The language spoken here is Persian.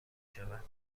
شود